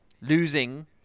losing